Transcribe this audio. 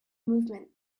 movement